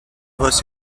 was